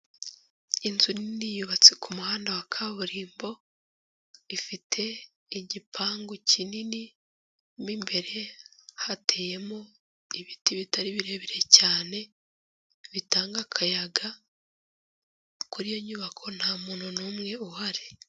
Inzu nini yubatse ku muhanda wa kaburimbo, ifite igipangu kinini, mu imbere hateyemo ibiti bitari birebire cyane bitanga akayaga, kuri iyo nyubako nta muntu numwe uhari.